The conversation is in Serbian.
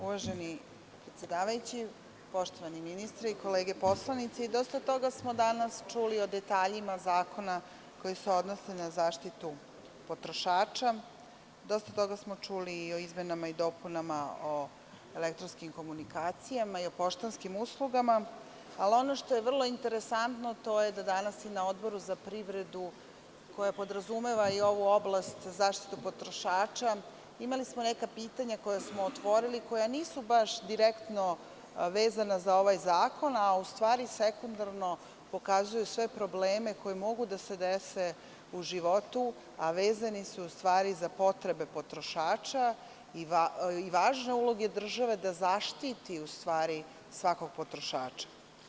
Uvaženi predsedavajući, poštovani ministre i kolege poslanici, dosta toga smo danas čuli o detaljima zakona koji se odnosi na zaštitu potrošača, dosta toga smo čuli i o izmenama i dopunama o elektronskim komunikacija i o poštanskim uslugama, ali ono što je vrlo interesantno, to je da smo danas na Odboru za privredu, koji podrazumeva i ovu oblast zaštite potrošača, imali neka pitanja koja smo otvorili, koja nisu baš direktno vezana za ovaj zakon, a u stvari sekundarno pokazuju sve probleme koji mogu da se dese u životu, a vezani su u stvari za potrebe potrošača i važne uloge države da zaštiti u stvari svakog potrošača.